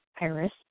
Iris